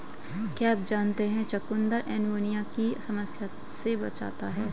क्या आप जानते है चुकंदर एनीमिया की समस्या से बचाता है?